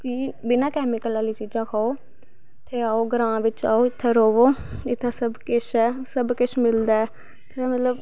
कि बिना कैमिकल आह्लियां चीजां खाओ इत्थै आओ ग्रांऽ बिच्च इत्थै रवो इत्थै सब किश ऐ सब किश मिलदा ऐ इत्थै मतलव